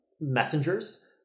messengers